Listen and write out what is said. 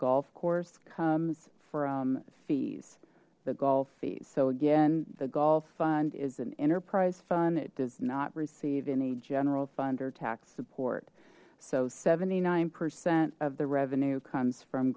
golf course comes from fees the golf fee so again the golf fund is an enterprise fund it does not receive in a general fund or tax support so seventy nine percent of the revenue comes from